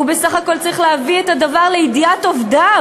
הוא בסך הכול צריך להביא את הדבר לידיעת עובדיו.